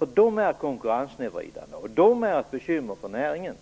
Dessa är konkurrenssnedvridande och ett bekymmer för näringen.